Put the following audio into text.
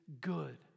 good